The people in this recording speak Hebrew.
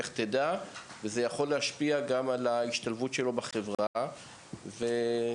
זה יכול להשפיע גם על ההשתלבות שלו בחברה ולהשתקם.